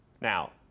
Now